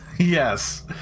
Yes